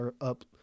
up